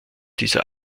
dieser